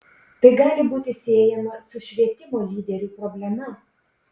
tai gali būti siejama su švietimo lyderių problema